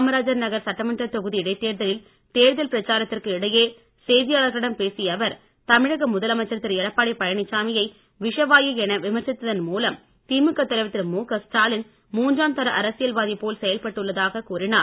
காமராஜ் நகர் சட்டமன்றத் தொகுதி இடைத் தேர்தலில் தேர்தல் பிரச்சாரத்திற்கு இடையே செய்தியாளர்களிடம் பேசிய அவர் தமிழக முதலமைச்சர் திரு எடப்பாடி பழனிசாமியை விஷவாயு என விமர்சித்தன் மூலம் திமுக தலைவர் திரு முக ஸ்டாலின் மூன்றாம் தர அரசியல் வாதி போல் செயல்பட்டுள்ளதாக கூறினார்